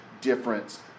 difference